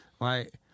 right